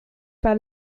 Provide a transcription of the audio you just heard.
pas